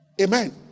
Amen